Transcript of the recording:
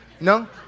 No